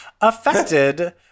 affected